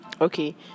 okay